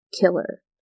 killer